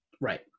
Right